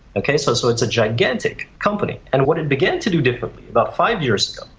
ok, so so it's a gigantic company. and what it began to do differently about five years ago,